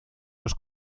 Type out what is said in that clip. los